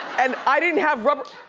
and i didn't have rubber,